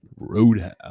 roadhouse